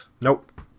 Nope